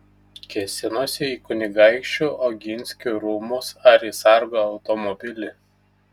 kėsinosi į kunigaikščių oginskių rūmus ar į sargo automobilį